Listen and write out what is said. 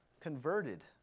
converted